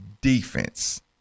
Defense